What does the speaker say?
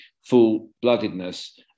full-bloodedness